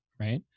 right